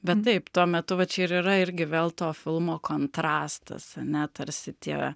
bet taip tuo metu va čia ir yra irgi vėl to filmo kontrastas ane tarsi tie